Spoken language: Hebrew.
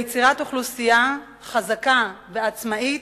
הפוטנציאל הטמון בהם כמשאב לאומי וליצירת אוכלוסייה חזקה ועצמאית,